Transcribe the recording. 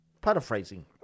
paraphrasing